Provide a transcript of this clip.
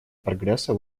прогресса